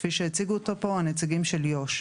כפי שהציגו אותו פה הנציגים של יו"ש.